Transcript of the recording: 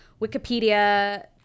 wikipedia